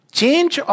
change